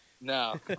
No